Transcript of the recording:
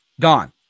gone